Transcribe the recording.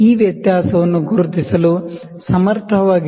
ಈ ವ್ಯತ್ಯಾಸವನ್ನು ಗುರುತಿಸಲು ಸಮರ್ಥವಾಗಿರುವ 0